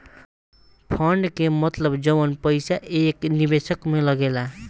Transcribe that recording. fund के मतलब जवन पईसा एक निवेशक में लागेला